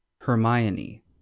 Hermione